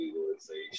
legalization